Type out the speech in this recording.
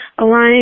align